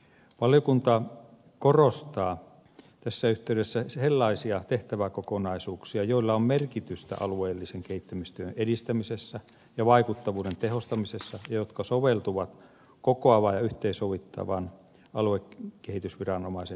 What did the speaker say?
valiokunta korostaa tässä yhteydessä sellaisia tehtäväkokonaisuuksia joilla on merkitystä alueellisen kehittämistyön edistämisessä ja vaikuttavuuden tehostamisessa ja jotka soveltuvat kokoavan ja yhteensovittavan aluekehitysviranomaisen tehtäviin